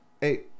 Hey